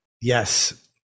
Yes